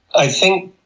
i think,